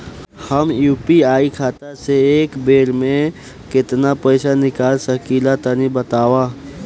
हम यू.पी.आई खाता से एक बेर म केतना पइसा निकाल सकिला तनि बतावा?